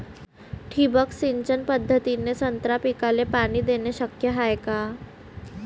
ठिबक सिंचन पद्धतीने संत्रा पिकाले पाणी देणे शक्य हाये का?